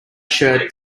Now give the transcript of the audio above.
shirt